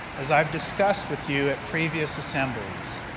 as i have discussed with you at previous assemblies,